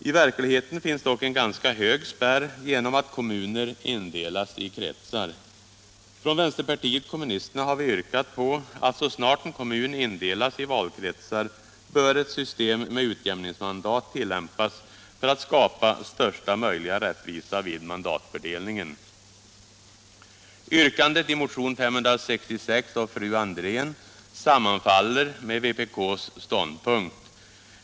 I verkligheten finns dock en ganska hög spärr genom att kommuner indelas i kretsar. Från vänsterpartiet kommunisterna har vi yrkat på att så snart en kommun indelas i valkretsar bör ett system med utjämningsmandat tillämpas för att skapa största möjliga rättvisa vid mandatfördelningen. Yrkandet i motionen 566 av fru Andrén sammanfaller med vpk:s ståndpunkt.